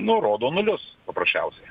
nu rodo nulius paprasčiausiai